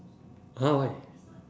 !huh! why